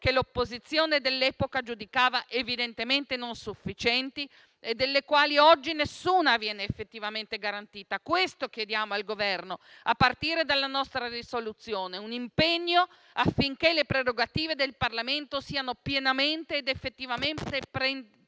che l'opposizione dell'epoca giudicava evidentemente non sufficienti e delle quali oggi nessuna viene effettivamente garantita. Questo chiediamo al Governo a partire dalla nostra risoluzione: un impegno affinché le prerogative del Parlamento siano pienamente ed effettivamente prese